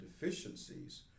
deficiencies